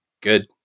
good